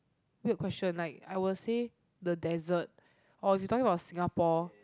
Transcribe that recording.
weird question like I will say the desert or if you talking about Singapore